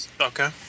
okay